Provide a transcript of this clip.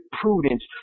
prudence